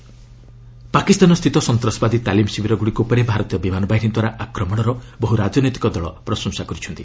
ରିଆକ୍ସ air strike Pakistan ସ୍ଥିତ ସନ୍ତାସବାଦୀ ତାଲିମ୍ ଶିବିରଗୁଡ଼ିକ ଉପରେ ଭାରତୀୟ ବିମାନ ବାହିନୀ ଦ୍ୱାରା ଆକ୍ରମଣର ବହୁ ରାଜନୈତିକ ଦଳ ପ୍ରଶଂସା କରିଛନ୍ତି